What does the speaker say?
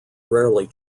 rarely